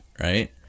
right